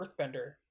earthbender